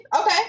okay